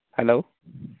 hello